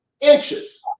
Inches